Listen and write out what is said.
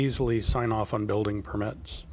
easily sign off on building permits